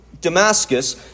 Damascus